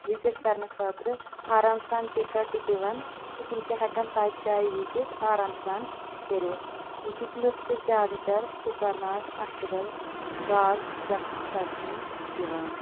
visit کرنہٕ خٲطرٕ آرام سان ٹِکٹ دوان تہٕ تِم چھِ ہیٚکان تتھ جایہ وِزِٹ آرام سان کٔرِتھ ییٚتِکۍ لوٗکھ چھِ زیادٕ تر کۄکرناگ اَچھہٕ بل باغ گَژھنَس ترجیٖح دِوان